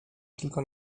tylko